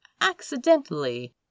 accidentally